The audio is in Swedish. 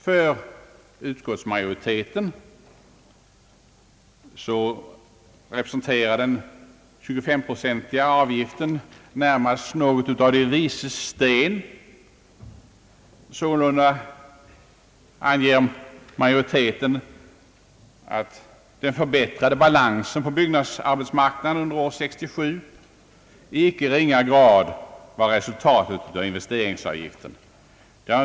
För utskottsmajoriteten representerar den 25-procentiga avgiften närmast något av de vises sten. Sålunda anger majoriteten att den förbättrade balansen på byggnadsarbetsmarknaden under år 1967 i icke ringa grad var resultatet av investeringsavgiften.